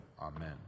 Amen